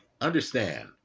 Understand